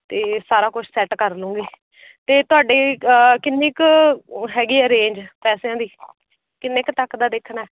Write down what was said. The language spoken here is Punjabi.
ਅਤੇ ਸਾਰਾ ਕੁਛ ਸੈੱਟ ਕਰਲੂੰਗੀ ਅਤੇ ਤੁਹਾਡੀ ਕਿੰਨੀ ਕੁ ਹੈਗੀ ਆ ਰੇਂਜ ਪੈਸਿਆਂ ਦੀ ਕਿੰਨੇ ਕੁ ਤੱਕ ਦਾ ਦੇਖਣਾ